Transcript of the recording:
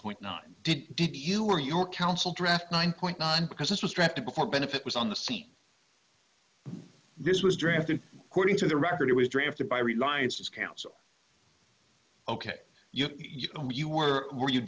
point nine did you or your council draft nine point nine because this was drafted before benefit was on the scene this was drafted according to the record it was drafted by reliance as counsel ok yes you were were you